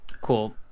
Cool